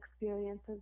experiences